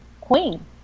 queen